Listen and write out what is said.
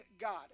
God